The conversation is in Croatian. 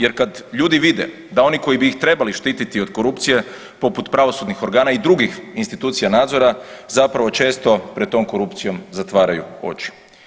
Jer kad ljudi vide da oni koji bi ih trebali štititi od korupcije poput pravosudnih organa i drugih institucija nadzora zapravo često pred tom korupcijom zatvaraju oči.